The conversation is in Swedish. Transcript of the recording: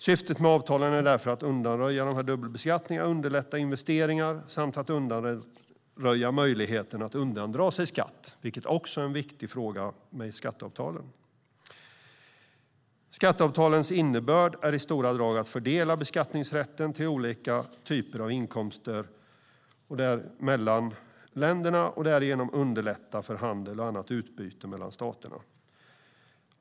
Syftet med avtalen är alltså att undanröja dubbelbeskattning, att underlätta investeringar och att undanröja möjligheten att undandra sig skatt, också det ett viktigt syfte med skatteavtalen. Skatteavtalens innebörd är i stora drag att fördela beskattningsrätten till olika typer av inkomster mellan länderna och därigenom underlätta för handel och annat utbyte mellan dem.